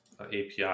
API